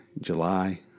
July